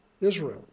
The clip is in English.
Israel